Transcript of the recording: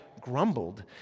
grumbled